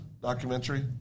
documentary